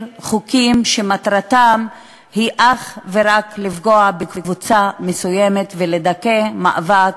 חוקים שמטרתם היא אך ורק לפגוע בקבוצה מסוימת ולדכא מאבק,